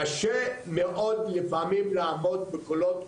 לפעמים קשה מאוד לעמוד בקולות קוראים.